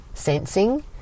sensing